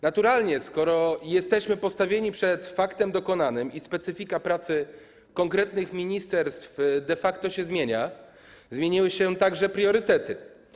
Naturalnie skoro jesteśmy postawieni przed faktem dokonanym i specyfika pracy konkretnych ministerstw de facto się zmienia, zmieniły się także priorytety.